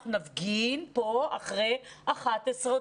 אנחנו נפגין פה אחרי 23:00,